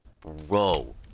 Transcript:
bro